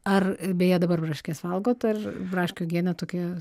ar beje dabar braškes valgot ar braškių uogienė tokia